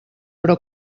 però